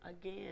again